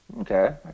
Okay